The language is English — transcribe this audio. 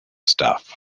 stuff